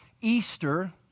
Easter